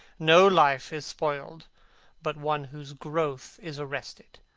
no life is spoiled but one whose growth is arrested.